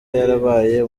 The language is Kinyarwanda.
yarabaye